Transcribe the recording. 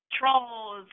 trolls